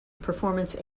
performance